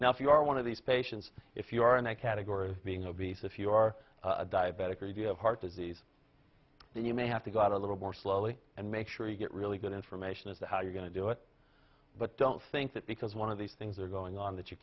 you now if you are one of these patients if you are in that category of being obese if you are a diabetic or if you have heart disease then you may have to go out a little more slowly and make sure you get really good information as to how you're going to do it but don't think that because one of these things are going on that you